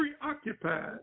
preoccupied